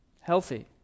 healthy